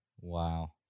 Wow